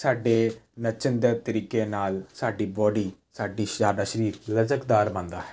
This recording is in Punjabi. ਸਾਡੇ ਨੱਚਣ ਦੇ ਤਰੀਕੇ ਨਾਲ ਸਾਡੀ ਬੋਡੀ ਸਾਡਾ ਜ਼ਿਆਦਾ ਸਰੀਰ ਲਚਕਦਾਰ ਬਣਦਾ ਹੈ